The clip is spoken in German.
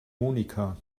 monika